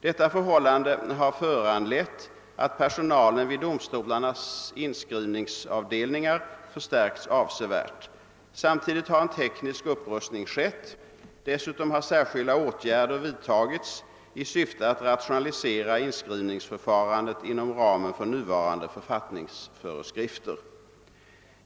Detta förhållande har föranlett att personalen vid domstolarnas inskrivningsavdelningar förstärkts avsevärt. Samtidigt har en teknisk upprustning skett. Dessutom har särskilda åtgärder vidtagits i syfte att rationalisera inskrivningsförfarandet inom ramen för nuvarande författningsföreskrifter.